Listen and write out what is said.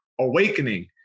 awakening